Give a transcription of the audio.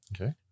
Okay